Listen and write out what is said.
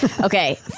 Okay